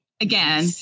again